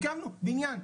הקמנו בניין.